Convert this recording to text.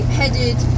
headed